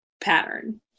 pattern